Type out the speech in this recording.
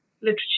literature